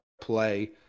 play